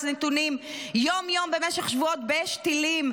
נתונים יום-יום במשך שבועות באש טילים,